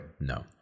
No